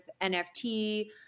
NFT